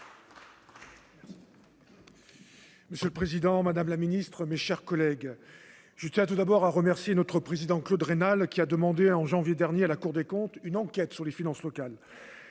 Monsieur le Président, Madame la Ministre, mes chers collègues, je tiens tout d'abord à remercier notre président Claude Raynal, qui a demandé en janvier dernier à la Cour des comptes, une enquête sur les finances locales,